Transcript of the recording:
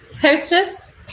hostess